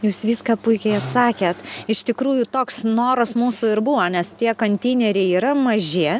jūs viską puikiai atsakėt iš tikrųjų toks noras mūsų ir buvo nes tie konteineriai yra maži